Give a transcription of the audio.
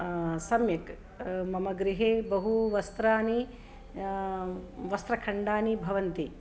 सम्यक् मम गृहे बहूनि वस्त्रानि वस्त्रखण्डानि भवन्ति